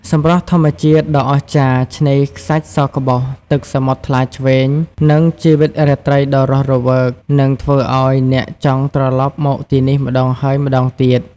សម្រស់ធម្មជាតិដ៏អស្ចារ្យ ឆ្នេរខ្សាច់សក្បុស ទឹកសមុទ្រថ្លាឆ្វេង និងជីវិតរាត្រីដ៏រស់រវើក នឹងធ្វើឲ្យអ្នកចង់ត្រឡប់មកទីនេះម្តងហើយម្តងទៀត។